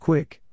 Quick